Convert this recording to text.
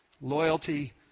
loyalty